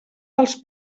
dels